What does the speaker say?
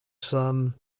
some